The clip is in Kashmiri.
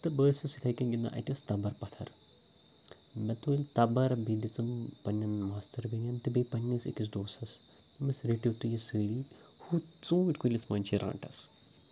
تہٕ بہٕ اوسُس یِتھٕے پٲٹھۍ گِنٛدان اتہِ ٲس تَبَر پَتھَر مےٚ تُل تَبَر بییہِ دِژٕم پَنٮ۪ن ماستٕرۍ بیٚنٮ۪ن تہٕ بییہِ پَننِس أکِس دوستس دوٚپمَس رٕٹِو تُہُۍ یہِ سٲری ہۄتھ ژوٗنٛٹھۍ کُلِس منٛز چھِ رانٛٹَس